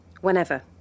Whenever